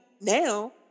now